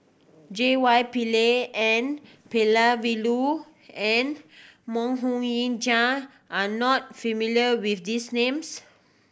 J Y Pillay N Palanivelu and Mok Ying Jang are you not familiar with these names